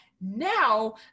now